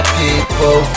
people